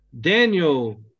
Daniel